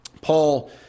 Paul